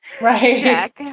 Right